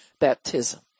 baptism